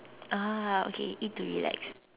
ah okay eat to relax